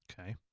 Okay